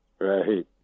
Right